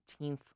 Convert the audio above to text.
18th